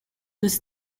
this